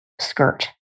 skirt